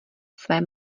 své